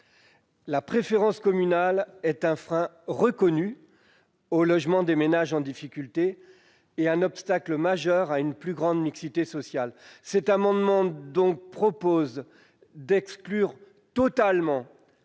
La préférence communale est un frein reconnu au logement des ménages en difficulté et un obstacle majeur à une plus grande mixité sociale. Cet amendement tend donc à totalement